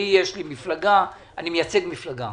יש לי מפלגה, אני מייצג מפלגה.